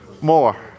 more